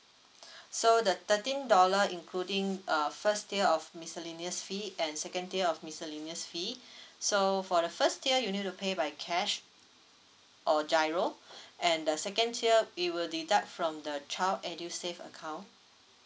so the thirteen dollar including err first tier of miscellaneous fee and second tier of miscellaneous fee so for the first tier you need to pay by cash or giro and the second tier we will deduct from the child edusave account